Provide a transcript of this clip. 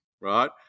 right